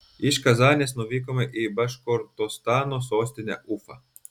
iš kazanės nuvykome į baškortostano sostinę ufą